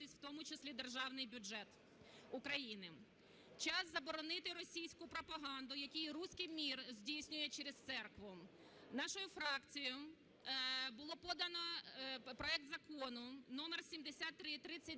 в тому числі, державний бюджет України. Час заборонити російську пропаганду, яку "руський мір" здійснює через церкву. Нашою фракцією було подано проект Закону № 7332